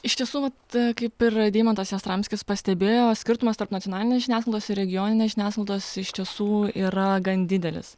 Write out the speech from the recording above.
iš tiesų taip kaip yra deimantas jastramskis pastebėjo skirtumas tarp nacionalinės žiniasklaidos ir regioninės žiniasklaidos iš tiesų yra gan didelis